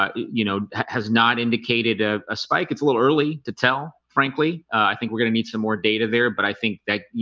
you know has not indicated ah a spike. it's a little early to tell frankly i think we're gonna need some more data there, but i think that you